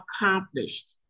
accomplished